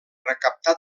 recaptar